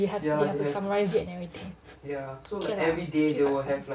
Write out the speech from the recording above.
they have to summarise it and everything